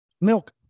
Milk